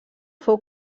fou